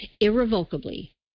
irrevocably